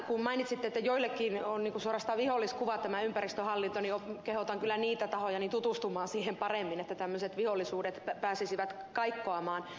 kun mainitsitte että joillekin on suorastaan viholliskuva tämä ympäristöhallinto niin kehotan kyllä niitä tahoja tutustumaan siihen paremmin että tämmöiset vihollisuudet pääsisivät kaikkoamaan